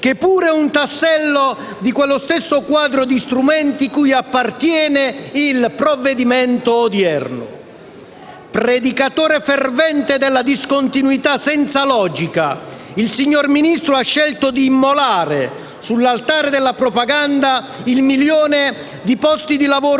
che pure è un tassello di quello stesso quadro di strumenti cui appartiene il provvedimento odierno. Predicatore fervente della discontinuità senza logica, il signor Ministro ha scelto di immolare sull'altare della propaganda il milione di posti di lavoro